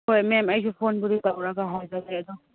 ꯍꯣꯏ ꯃꯦꯝ ꯑꯩꯁꯨ ꯐꯣꯟꯕꯨꯗꯤ ꯇꯧꯔꯒ ꯍꯥꯏꯕꯅꯦ ꯑꯗꯣ